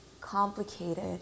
complicated